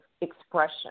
expression